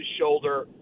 shoulder